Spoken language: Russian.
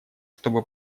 чтобы